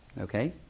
Okay